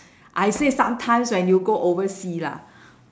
I said sometimes when you go oversea lah